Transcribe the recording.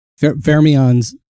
Fermions